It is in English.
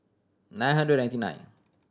nine hundred ninety nine